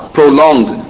prolonged